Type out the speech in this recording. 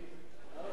שתי ההצעות.